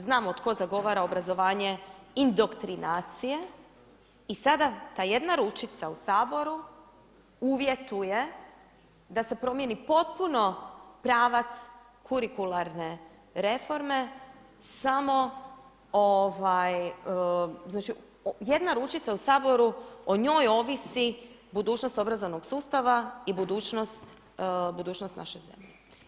Znamo tko zagovara obrazovanje indoktrinacije i sada ta jedna ručica u Saboru uvjetuje da se promijeni potpuno pravac kurikuralne reforme samo jedna ručica u Saboru o njoj ovisi budućnost obrazovnog sustava i budućnost naše zemlje.